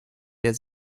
der